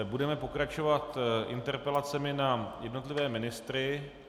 Budeme pokračovat interpelacemi na jednotlivé ministry.